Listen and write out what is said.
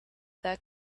that